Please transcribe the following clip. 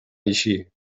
eixir